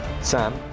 Sam